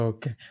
Okay